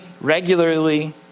regularly